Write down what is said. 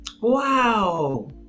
Wow